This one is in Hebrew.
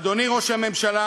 אדוני ראש הממשלה,